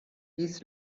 dies